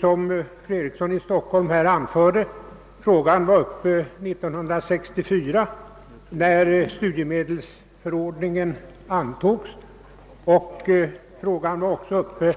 Som fru Eriksson i Stockholm här anförde var frågan uppe 1964 när studiemedelsförordningen antogs liksom även